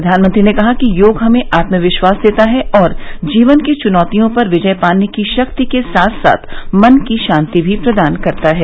प्रधानमंत्री ने कहा कि योग हमें आत्मविश्वास देता है और जीवन की चुनौतियों पर विजय पाने की शक्ति के साथ साथ मन की शांति भी प्रदान करता है